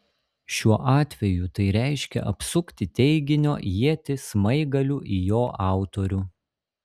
šiuo atveju tai reiškia apsukti teiginio ietį smaigaliu į jo autorių